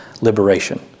liberation